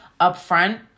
upfront